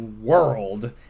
world